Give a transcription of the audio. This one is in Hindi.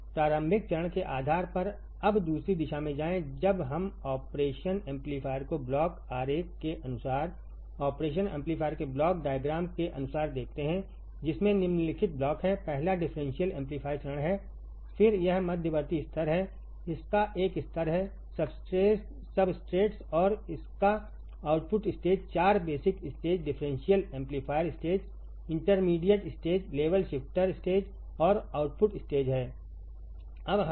प्रारंभिक चरण के आधार पर अब दूसरी दिशा में जाएं जब हम ऑपरेशन एम्पलीफायर को ब्लॉक आरेख के अनुसार ऑपरेशन एम्पलीफायर के ब्लॉक डायग्राम के अनुसार देखते हैं जिसमें निम्नलिखित ब्लॉक हैं पहला डिफरेंशियल एम्पलीफायर चरण हैफिर यह मध्यवर्ती स्तर है इसका एक स्तर है सबस्ट्रेट्स और इसका output stage 4 basic stage differential amplifier stage intermediate stage level shifter stage और आउटपुट स्टेज है